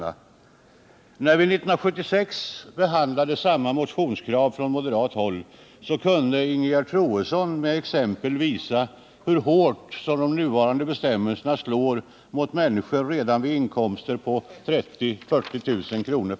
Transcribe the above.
När vi 1976 behandlade samma motionskrav från moderat håll kunde Ingegerd Troedsson med exempel visa hur hårt de nuvarande bestämmelserna slår mot människor redan vid inkomster på 30 000-40 000 kr./år.